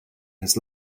his